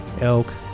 elk